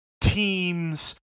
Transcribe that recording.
team's